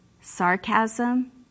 sarcasm